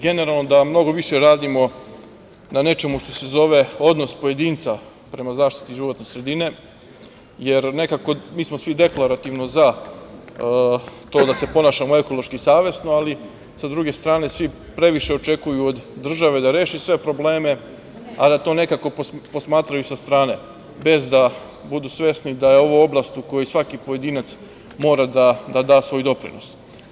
Generalno moramo mnogo više da radimo na nečemu što se zove odnos pojedinca prema zaštiti životne sredine, jer nekako mi smo svi deklarativno za to da se ponašamo ekološki i savesno, ali sa druge strane svi previše očekuju od države, da reši sve probleme, a da to nekako posmatraju sa strane, bez da budu svesni da je ovo oblast u koju svaki pojedinac mora da da svoj doprinos.